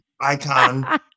icon